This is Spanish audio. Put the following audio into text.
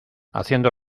haciendo